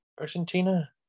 Argentina